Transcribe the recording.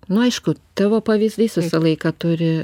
nu aišku tavo pavyzdys visą laiką turi